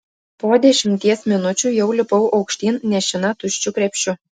po dešimties minučių jau lipau aukštyn nešina tuščiu krepšiu